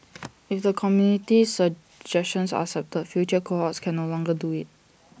if the committee's suggestions are accepted future cohorts can no longer do IT